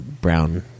brown